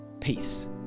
peace